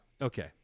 okay